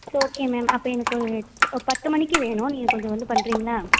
it's okay ma'am அப்போ எனக்கு ஒரு பத்து மணிக்கு வேணும் நீங்கள் கொஞ்சம் வந்து பண்ணுறிங்களா